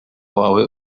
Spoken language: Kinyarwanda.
wawe